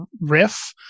riff